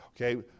Okay